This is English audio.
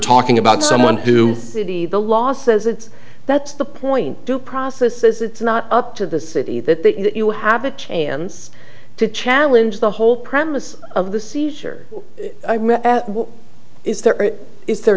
talking about someone do the law says it's that's the point due process says it's not up to the city that you have a chance to challenge the whole premise of the seizure what is there is there